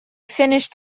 finished